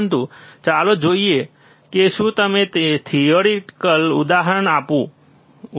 પરંતુ ચાલો જોઈએ કે હું તમને થિયોરિટિકલ ઉદાહરણ આપું છું